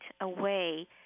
away